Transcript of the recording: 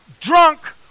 drunk